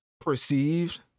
perceived